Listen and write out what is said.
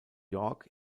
york